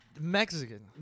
Mexican